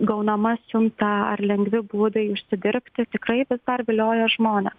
gaunama siunta ar lengvi būdai užsidirbti tikrai vis dar vilioja žmones